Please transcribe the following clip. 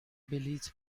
بلیط